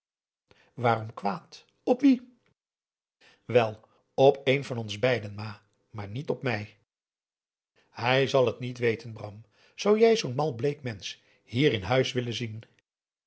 waarom kwaad op wie wel op een van ons beiden ma maar niet op mij hij zal het niet weten bram zou jij zoo'n mal bleek mensch hier in huis willen zien